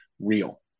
real